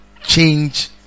change